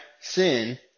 sin